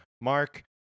Mark